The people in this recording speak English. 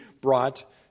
brought